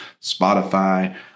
Spotify